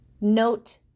Note